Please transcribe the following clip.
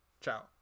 ciao